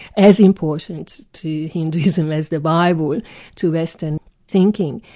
as important to hindus um as the bible to western thinking.